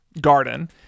garden